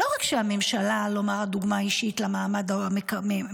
לא רק שהממשלה לא מראה דוגמה אישית למעמד העובד,